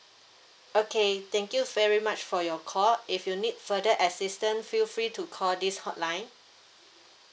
okay thank you very much for your call if you need further assistant feel free to call this hotline